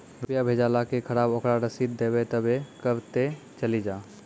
रुपिया भेजाला के खराब ओकरा रसीद देबे तबे कब ते चली जा?